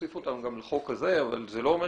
נוסיף אותם גם לחוק הזה אבל זה לא אומר